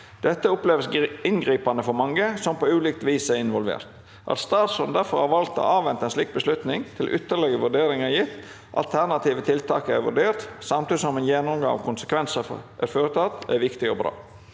Dette oppleves inngrip- ende for mange som på ulikt vis er involvert. At statsrå- den derfor har valgt å avvente en slik beslutning, til ytterligere vurderinger er gitt, alternative tiltak er vur- dert, samtidig som en gjennomgang av konsekvenser er foretatt, er viktig og bra.